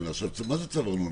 מה זה צו ארנונה?